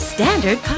Standard